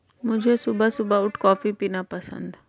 मुझे सुबह सुबह उठ कॉफ़ी पीना पसंद हैं